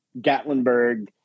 Gatlinburg